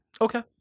Okay